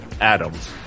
adams